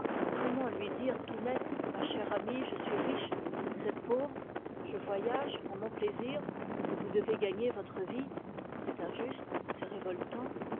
comment dire tout net ma chère amie je suis riche et vous êtes pauvre je voyage pour mon plaisir et vous devez gagner votre vie c'est injuste c'est révoltant